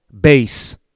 base